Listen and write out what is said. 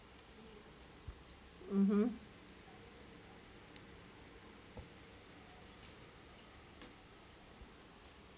(uh huh)